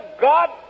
God